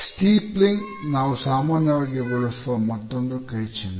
stapling ನಾವು ಸಾಮಾನ್ಯವಾಗಿ ಬಳಸುವ ಮತ್ತೊಂದು ಕೈ ಚಿನ್ಹೆ